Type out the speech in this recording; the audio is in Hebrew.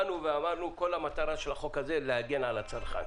באנו ואמרנו: כל המטרה של החוק הזה היא להגן על הצרכן,